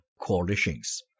coalitions